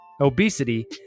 obesity